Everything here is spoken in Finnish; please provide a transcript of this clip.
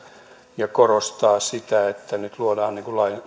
ja korostaa sitä että nyt luodaan